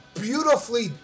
beautifully